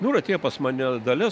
nu ir atėjo pas mane dalia